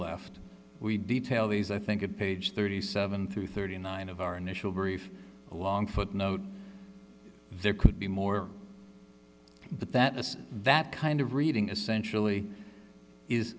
left we detail these i think it page thirty seven through thirty nine of our initial very long footnote there could be more but that is that kind of reading essentially is